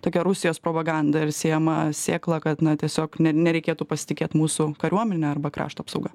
tokia rusijos propaganda ir sėjama sėkla kad na tiesiog ne nereikėtų pasitikėt mūsų kariuomene arba krašto apsauga